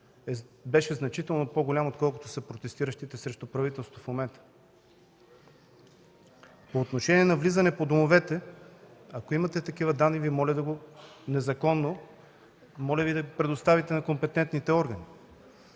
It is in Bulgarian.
беше значително по-голям, отколкото са протестиращите срещу правителството в момента. По отношение на незаконно влизане по домовете – ако имате такива данни, моля Ви да ги предоставите на компетентните органи.